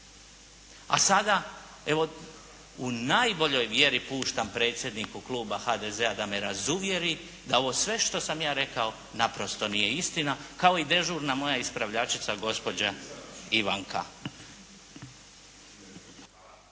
A sada evo u najboljoj mjeri puštam predsjedniku kluba HDZ-a da me razuvjeri da ovo sve što sam ja rekao, naprosto nije istina, kao i dežurna moja ispravljačica gospođa Ivanka. Hvala.